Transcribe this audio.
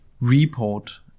report